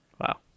Wow